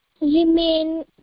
remain